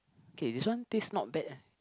okay this one taste not bad leh